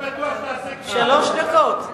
שלוש דקות.